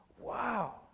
wow